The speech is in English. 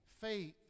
faith